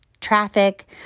traffic